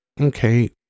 Okay